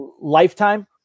Lifetime